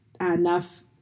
enough